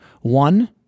One